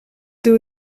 doe